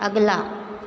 अगला